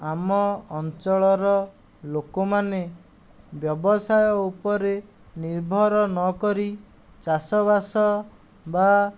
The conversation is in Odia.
ଆମ ଅଞ୍ଚଳର ଲୋକମାନେ ବ୍ୟବସାୟ ଉପରେ ନିର୍ଭର ନ କରି ଚାଷବାସ ବା